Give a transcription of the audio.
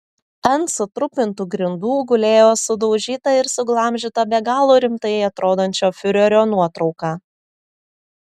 ant sutrupintų grindų gulėjo sudaužyta ir suglamžyta be galo rimtai atrodančio fiurerio nuotrauka